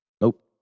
Nope